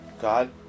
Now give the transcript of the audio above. God